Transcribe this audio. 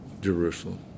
Jerusalem